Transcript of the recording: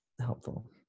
helpful